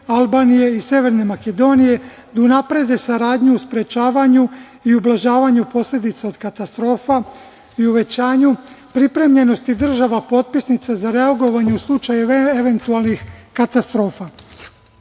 Albanije i Severne Makedonije, da unaprede saradnju u sprečavanju i ublažavanju posledica od katastrofa i uvećanju pripremljenosti država potpisnica za reagovanje u slučaju eventualnih katastrofa. Samo